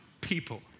people